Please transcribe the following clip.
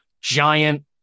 giant